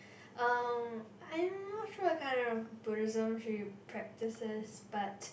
uh I'm not sure what kind of Buddhism she practices but